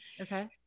Okay